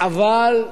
הנזק